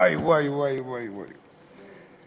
וואי, וואי, וואי, וואי.